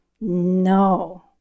No